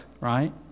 right